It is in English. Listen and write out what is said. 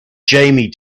jamie